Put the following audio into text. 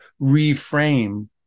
reframe